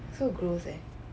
so gross eh